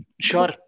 Sure